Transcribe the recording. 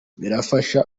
birafasha